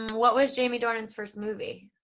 what was jamie dornan's first movie?